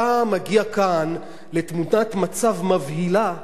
אתה מגיע לתמונת מצב מבהילה,